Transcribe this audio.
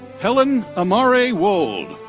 helen amare wolde.